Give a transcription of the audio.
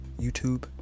YouTube